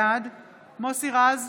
בעד מוסי רז,